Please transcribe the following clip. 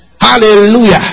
Hallelujah